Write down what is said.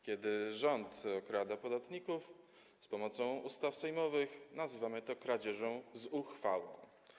Kiedy rząd okrada podatników z pomocą ustaw sejmowych, nazywamy to kradzieżą z uchwałą.